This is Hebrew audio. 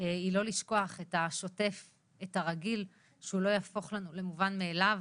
היא לא לשכוח את השוטף ואת הרגיל ושהוא לא יהפוך לנו למובן מאליו,